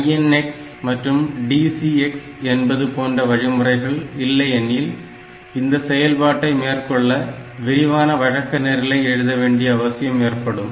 INX மற்றும் DCX என்பது போன்ற வழிமுறைகள் இல்லையெனில் இந்த செயல்பாட்டை மேற்கொள்ள விரிவான வழக்க நிரலை எழுத வேண்டிய அவசியம் ஏற்படும்